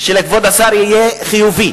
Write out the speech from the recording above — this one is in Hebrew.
של כבוד השר יהיה חיובי